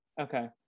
okay